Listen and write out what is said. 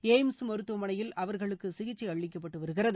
எப்ம்ஸ் மருத்துவமனையில் அவர்களுக்கு சிகிச்சை அளிக்கப்பட்டு வருகிறது